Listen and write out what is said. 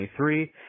23